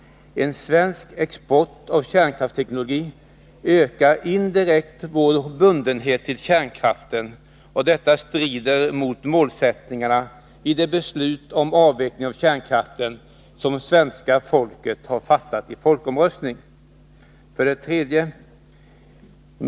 En svensk export av kärnkraftsteknologi ökar indirekt vår bundenhet till kärnkraften, och detta strider mot målsättningarna i det beslut om avveckling av kärnkraften som svenska folket har fattat i folkomröstning. 3.